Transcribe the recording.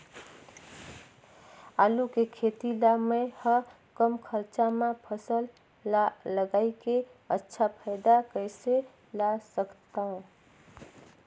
आलू के खेती ला मै ह कम खरचा मा फसल ला लगई के अच्छा फायदा कइसे ला सकथव?